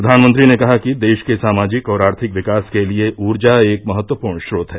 प्रधानमंत्री ने कहा कि देश के सामाजिक और आर्थिक विकास के लिए ऊर्जा एक महत्वपूर्ण स्रोत है